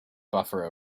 buffer